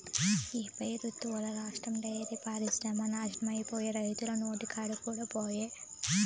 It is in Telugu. ఈ పెబుత్వంల రాష్ట్ర డైరీ పరిశ్రమ నాశనమైపాయే, రైతన్నల నోటికాడి కూడు పాయె